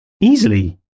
easily